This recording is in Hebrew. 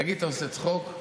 תגיד, אתה עושה צחוק?